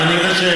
אם אני אראה,